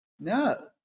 No